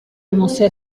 commençait